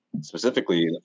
specifically